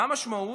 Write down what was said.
מה המשמעות?